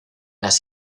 las